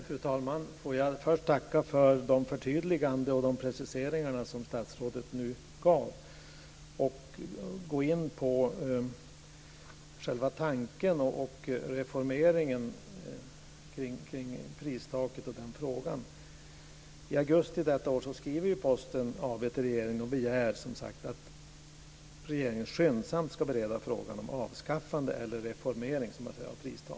Fru talman! Först får jag tacka för de förtydliganden och preciseringar som statsrådet nu gav och sedan gå in på själva tanken, reformeringen av pristaket och den frågan. I augusti detta år skriver Posten AB till regeringen och begär som sagt att regeringen skyndsamt ska bereda frågan om avskaffande, eller reformering som man säger, av pristaket.